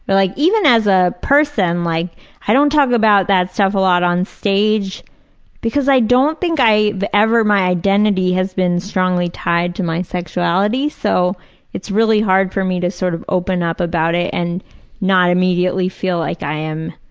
but like even as a person, like i don't talk about that stuff a lot on stage because i don't think ever my identity has been strongly tied to my sexuality, so it's really hard for me to sort of open up about it and not immediately feel like i am